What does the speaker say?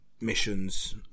missions